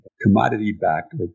commodity-backed